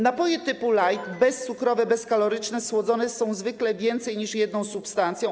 Napoje typu light, bezcukrowe, bezkaloryczne, słodzone są zwykle więcej niż jedną substancją.